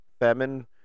famine